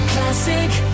Classic